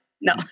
No